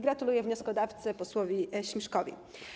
Gratuluję wnioskodawcy posłowi Śmiszkowi.